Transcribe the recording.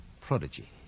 prodigy